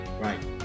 Right